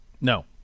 No